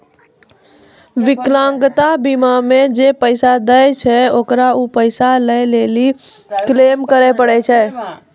विकलांगता बीमा मे जे पैसा दै छै ओकरा उ पैसा लै लेली क्लेम करै पड़ै छै